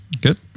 Good